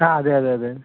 ആ അതെ അതെ അതെ